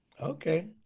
Okay